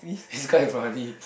is quite funny